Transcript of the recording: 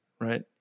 right